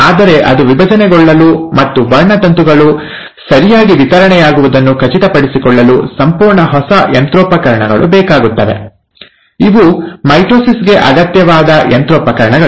ಆದರೆ ಅದು ವಿಭಜನೆಗೊಳ್ಳಲು ಮತ್ತು ವರ್ಣತಂತುಗಳು ಸರಿಯಾಗಿ ವಿತರಣೆಯಾಗುವುದನ್ನು ಖಚಿತಪಡಿಸಿಕೊಳ್ಳಲು ಸಂಪೂರ್ಣ ಹೊಸ ಯಂತ್ರೋಪಕರಣಗಳು ಬೇಕಾಗುತ್ತವೆ ಇವು ಮೈಟೊಸಿಸ್ ಗೆ ಅಗತ್ಯವಾದ ಯಂತ್ರೋಪಕರಣಗಳು